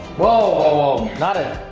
whoa, whoa, not a